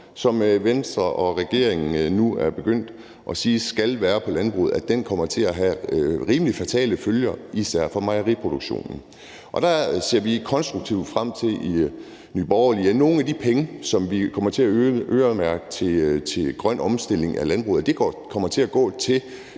som Venstre og regeringen nu er begyndt at sige der skal være på landbruget, kommer til at have rimelig fatale følger, især for mejeriproduktionen. Og der ser vi i Nye Borgerlige frem til, at nogle af de penge, som vi kommer til at øremærke til grøn omstilling af landbruget, vil gå til